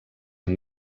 amb